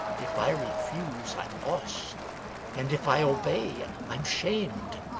if i refuse i'm lost and if i obey i'm shamed.